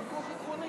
זה חוק עקרוני.